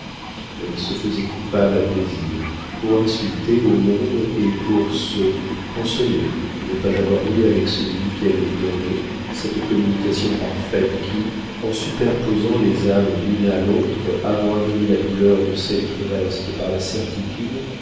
elle se faisait coupable à plaisir pour insulter au monde et pour se consoler de ne pas avoir eu avec celui qu'elle pleurait cette communication parfaite qui en superposant les âmes l'une à l'autre amoindrit la douleur de celle qui reste par la certitude